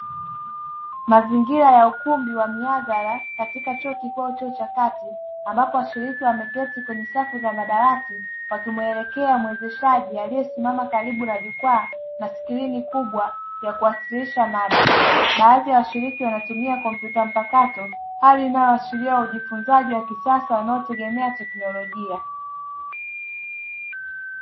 Mazingira ya ukumbi wa miadhara katika chuo kikuu au chuo cha kati, ambapo washiriki wameketi kwenye safu za madawati, wakimuelekea mwezeshaji aliyesimama karibu na jukwaa na sikirini kubwa ya kuwasilisha mada; baadhi ya washiriki wanatumia kompyuta mpakato, hali inayoashiria ujifunzaji wa kisasa unaotegemea teknolojia.